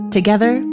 Together